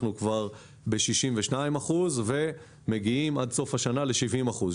כבר ב-62 אחוזים ועד סוף השנה מגיעים ל-70 אחוזים.